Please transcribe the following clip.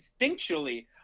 instinctually